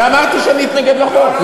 אני אמרתי שאני אתנגד לחוק.